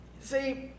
See